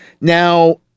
Now